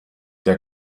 der